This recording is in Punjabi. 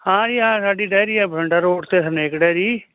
ਹਾਂ ਜੀ ਹਾਂ ਸਾਡੀ ਡੈਰੀ ਐ ਬਠਿੰਡਾ ਰੋਡ ਤੇ ਸਨੇਕ ਡੈਰੀ